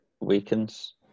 weakens